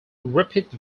repeat